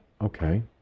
okay